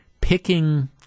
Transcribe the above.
picking